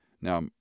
Now